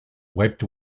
wiped